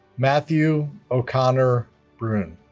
matthew o'connor bruhn